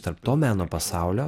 tarp to meno pasaulio